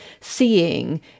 seeing